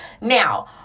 now